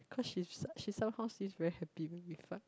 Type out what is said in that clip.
cause she's she somehow feels very happy when we fight